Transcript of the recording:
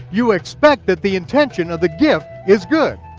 you expect that the intention of the gift is good.